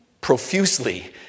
profusely